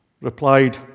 replied